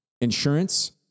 Insurance